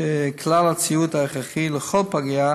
שכלל הציוד ההכרחי לכל פגייה,